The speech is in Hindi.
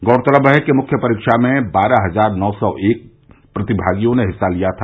गौरतलब है कि मुख्य परीक्षा में बारह हजार नौ सौ एक प्रतिभागियों ने हिस्सा लिया था